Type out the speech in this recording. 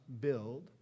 build